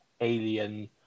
alien